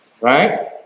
right